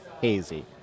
hazy